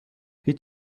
هیچ